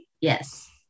Yes